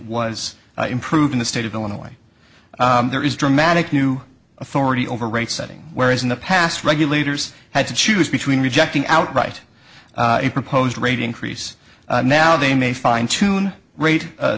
was improved in the state of illinois there is dramatic new authority over rate setting whereas in the past regulators had to choose between rejecting outright a proposed rate increase now they may fine tune rate